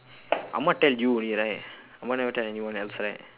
ahmad tell you only right ahmad never tell anyone else right